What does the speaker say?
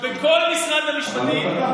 בכל משרד המשפטים,